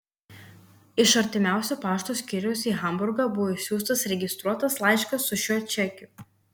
iš artimiausio pašto skyriaus į hamburgą buvo išsiųstas registruotas laiškas su šiuo čekiu